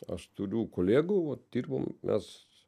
aš turiu kolegų vat dirbom mes